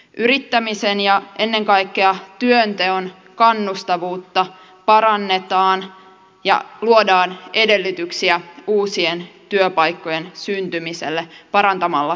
yrittämisen ja ennen kaikkea työnteon kannustavuutta parannetaan ja luodaan edellytyksiä uusien työpaikkojen syntymiselle parantamalla suomen kilpailukykyä